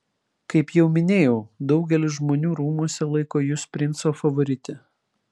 kaip jau minėjau daugelis žmonių rūmuose laiko jus princo favorite